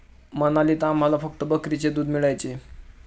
मनालीत आम्हाला फक्त बकरीचे दूध मिळायचे